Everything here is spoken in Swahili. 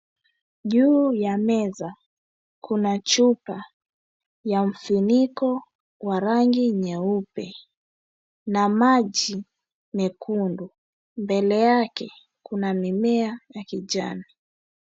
Juu ya meza kuna chupa ya funiko ya rangi nyeupe na maji mekundu mbele yake kuna mimea ya kijani.